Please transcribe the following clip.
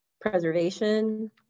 Preservation